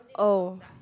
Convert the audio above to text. oh